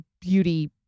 beauty